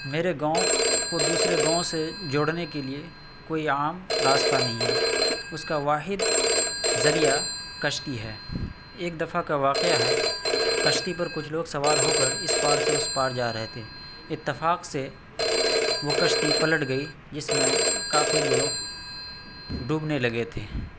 میرے گاؤں کو دوسرے گاؤں سے جوڑنے کے لئے کوئی عام راستہ نہیں ہے اس کا واحد ذریعہ کشتی ہے ایک دفعہ کا واقعہ ہے کشتی پر کچھ لوگ سوار ہو کر اس پار سے اس پار جا رہے تھے اتفاق سے وہ کشتی پلٹ گئی جس میں کافی لوگ ڈوبنے لگے تھے